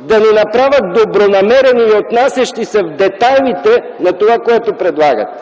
да ни направят добронамерени и отнасящи се в детайлите на това, което предлагате.